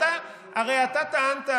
הרי אתה טענת,